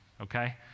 okay